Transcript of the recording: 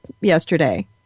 yesterday